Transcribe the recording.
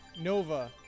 Nova